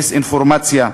דיסאינפורמציה,